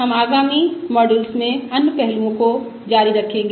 हम आगामी मॉड्यूस में अन्य पहलुओं को जारी रखेंगे